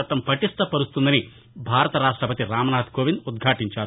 చట్టం పటిష్ణ పరుస్తుందని భారత రాష్టపతి రామ్నాథ్ కోవింద్ ఉద్భాటించారు